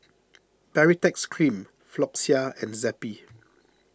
Baritex Bream Floxia and Zappy